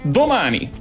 domani